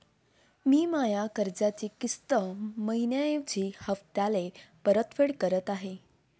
मी माया कर्जाची किस्त मइन्याऐवजी हप्त्याले परतफेड करत आहे